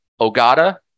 Ogata